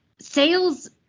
sales